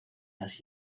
las